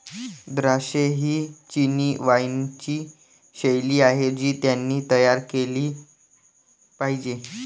द्राक्षे ही चिनी वाइनची शैली आहे जी त्यांनी तयार केली पाहिजे